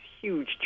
huge